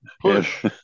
Push